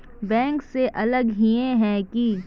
Bank से अलग हिये है की?